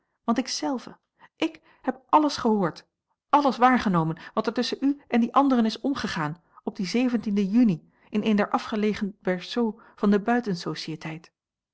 want ik zelve ik heb alles gehoord alles waargenomen wat er tusschen den u en die anderen is omgegaan op dien uni in een der afgelegen berceaux van de